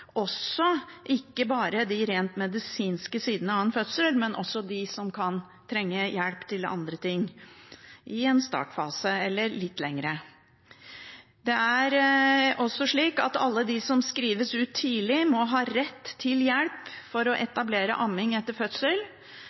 ikke bare de rent medisinske sidene ved en fødsel, men også dem som kan trenge hjelp til andre ting i en startfase eller i litt lengre tid. Alle de som skrives ut tidlig, må ha rett til hjelp for å etablere amming etter fødsel.